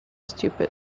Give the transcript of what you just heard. stupid